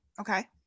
Okay